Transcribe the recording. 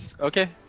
okay